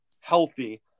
healthy